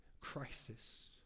crisis